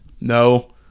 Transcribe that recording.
No